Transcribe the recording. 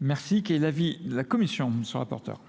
Merci, qu'ait l'avis la Commission, ce rapporteur ?